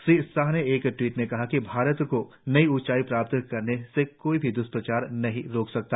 श्री शाह ने एक ट्वीट में कहा कि भारत को नई ऊंचाइयां प्राप्त करने से कोई भी द्ष्प्रचार नहीं रोक सकता